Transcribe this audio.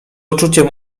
uczuciem